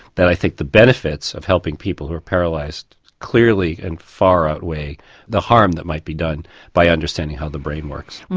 that i think the benefits of helping people who are paralysed clearly and far outweigh the harm that might be done by understanding how the brain works.